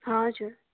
हजुर